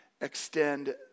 extend